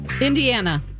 Indiana